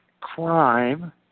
crime